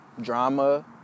drama